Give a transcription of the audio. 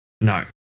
No